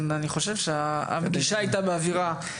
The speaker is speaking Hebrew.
אני חושב שהפגישה הייתה באווירה טובה.